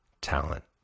talent